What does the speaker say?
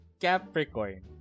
Capricorn